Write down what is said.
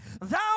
Thou